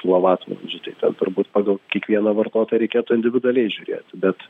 kilovatvalandžių tai ten turbūt pagal kiekvieną vartotoją reikėtų individualiai žiūrėti bet